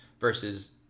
versus